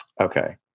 okay